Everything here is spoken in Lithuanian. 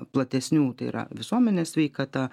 platesnių tai yra visuomenės sveikata